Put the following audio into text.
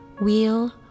wheel